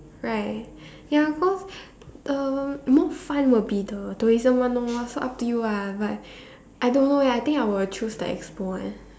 right ya cause uh more fun will be the tourism one lor so up to you ah but I don't know leh I think I will choose the expo one